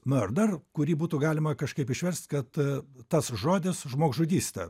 na ar dar kurį būtų galima kažkaip išverst kad tas žodis žmogžudystė